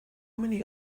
many